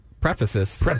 Prefaces